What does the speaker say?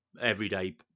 everyday